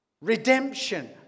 Redemption